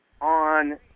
on